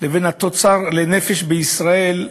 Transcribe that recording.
לבין התוצר לנפש בישראל,